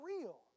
real